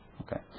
Okay